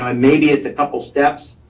um maybe it's a couple steps.